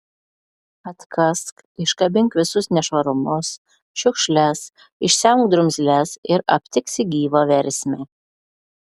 atkask iškabink visus nešvarumus šiukšles išsemk drumzles ir aptiksi gyvą versmę